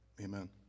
Amen